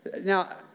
Now